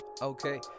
okay